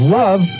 love